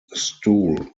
stool